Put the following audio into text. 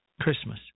Christmas